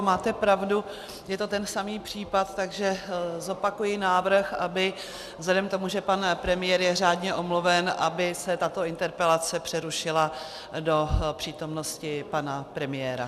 Máte pravdu, je to ten samý případ, takže zopakuji návrh, aby vzhledem k tomu, že pan premiér je řádně omluven, aby se tato interpelace přerušila do přítomnosti pana premiéra.